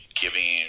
giving